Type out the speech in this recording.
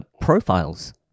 profiles